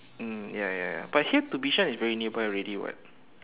mm ya ya ya but here to Bishan is very nearby ready [what]